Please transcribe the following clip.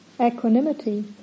equanimity